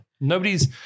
nobody's